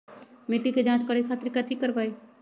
मिट्टी के जाँच करे खातिर कैथी करवाई?